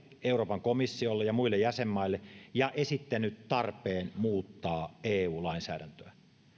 euroopan komissiolle ja muille jäsenmaille ja esittänyt tarpeen muuttaa eu lainsäädäntöä